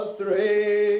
three